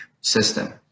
system